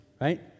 right